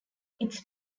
its